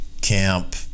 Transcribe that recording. camp